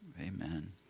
Amen